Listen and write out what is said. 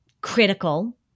critical